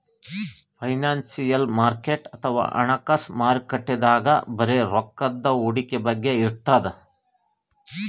financial market ಅಥವಾ ಹಣಕಾಸ್ ಮಾರುಕಟ್ಟೆದಾಗ್ ಬರೀ ರೊಕ್ಕದ್ ಹೂಡಿಕೆ ಬಗ್ಗೆ ಇರ್ತದ್